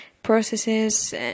Processes